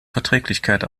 verträglichkeit